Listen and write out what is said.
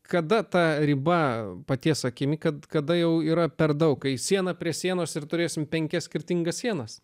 kada ta riba paties akimi kad kada jau yra per daug kai siena prie sienos ir turėsime penkias skirtingas sienas